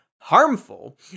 harmful